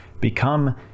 Become